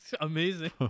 Amazing